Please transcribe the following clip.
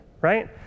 right